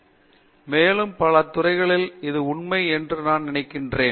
பேராசிரியர் ஸ்ரீகாந்த் வேதாந்தம் மேலும் பல துறைகளுக்கு இது உண்மை என்று நான் நினைக்கிறேன்